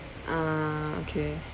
ah okay